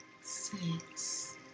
Six